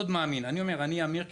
אמיר,